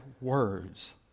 words